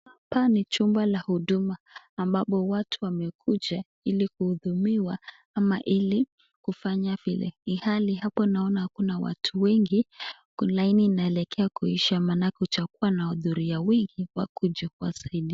Hapa ni chumba la huduma ambapo watu wamekuja ili kuhudumiwa ama ili kufanya vile. Ilhali hapo naona kuna watu wengi laini inaelekea kuisha maanake huchagua wanahudhuria wengi ili wakuje kuwasaidia.